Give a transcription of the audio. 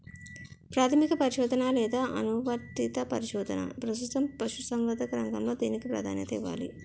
ప్రాథమిక పరిశోధన లేదా అనువర్తిత పరిశోధన? ప్రస్తుతం పశుసంవర్ధక రంగంలో దేనికి ప్రాధాన్యత ఇవ్వాలి?